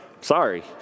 Sorry